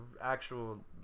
actual